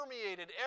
permeated